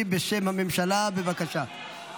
זה